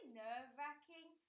nerve-wracking